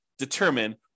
determine